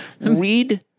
read